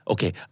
Okay